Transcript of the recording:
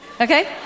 okay